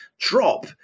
drop